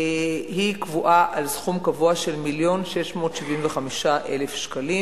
קבועה על סכום קבוע של 1.675 מיליון שקלים.